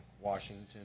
Washington